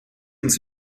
uns